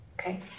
Okay